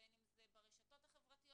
ובין אם זה ברשתות החברתיות,